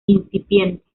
incipiente